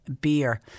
beer